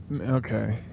Okay